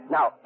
Now